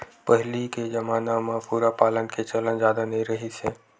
पहिली के जमाना म सूरा पालन के चलन जादा नइ रिहिस हे